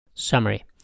Summary